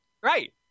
Right